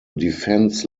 defense